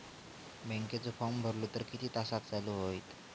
बँकेचो फार्म भरलो तर किती तासाक चालू होईत?